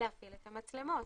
להפעיל את המצלמות.